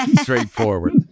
straightforward